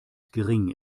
gering